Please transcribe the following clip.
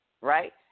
right